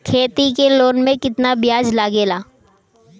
खेती के लोन में कितना ब्याज लगेला?